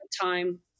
time